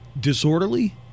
disorderly